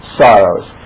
sorrows